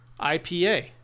IPA